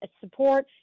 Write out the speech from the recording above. support